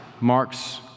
Mark's